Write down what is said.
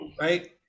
right